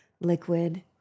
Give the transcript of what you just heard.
liquid